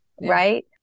right